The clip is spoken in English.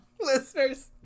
Listeners